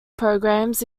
programs